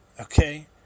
okay